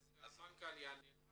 המנכ"ל יענה לך.